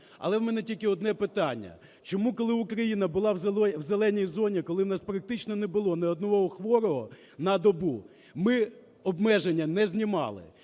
Але в мене тільки одне питання: чому, коли Україна була в "зеленій" зоні, коли у нас практично не було ні одного хворого на добу, ми обмеження не знімали?